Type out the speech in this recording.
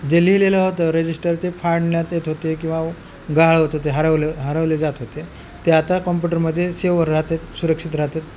जे लिहिलेलं होतं रजिस्टर ते फाडण्यात येत होते किंवा गाळ होत होते हरवले हरवले जात होते ते आता कॉम्प्युटरमध्ये सेव राहतात सुरक्षित राहतात